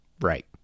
Right